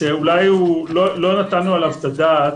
שאולי לא נתנו עליו את הדעת.